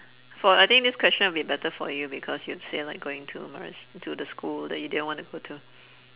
for I think this question will be better for you because you've said like going to maris into the school that you didn't wanna go to